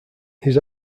his